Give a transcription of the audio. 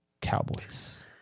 Cowboys